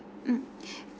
mm